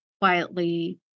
quietly